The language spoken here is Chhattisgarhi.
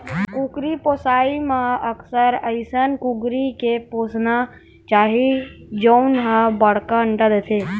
कुकरी पोसइ म अक्सर अइसन कुकरी के पोसना चाही जउन ह बड़का अंडा देथे